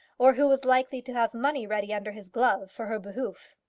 or who was likely to have money ready under his glove for her behoof.